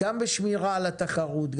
גם בשמירה על התחרות,